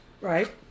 right